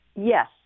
Yes